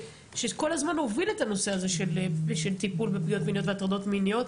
שכל הזמן הוביל את הנושא הזה של טיפול בפגיעות מיניות והטרדות מיניות,